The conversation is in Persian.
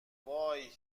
وای